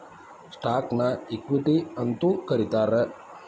ಸ್ಟಾಕ್ನ ಇಕ್ವಿಟಿ ಅಂತೂ ಕರೇತಾರ